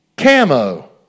camo